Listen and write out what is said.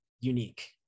unique